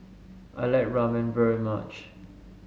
I like Ramen very much